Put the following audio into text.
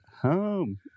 Home